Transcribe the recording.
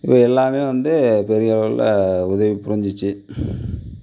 இது எல்லாமே வந்து பெரிய அளவில உதவி புரிஞ்சிச்சி